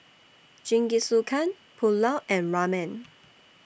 Jingisukan Pulao and Ramen